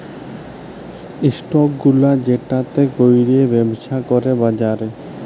stock গুলা যেটতে ক্যইরে ব্যবছা ক্যরে বাজারে